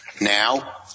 Now